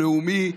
לאומי,